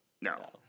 No